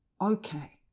okay